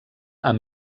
amb